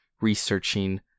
researching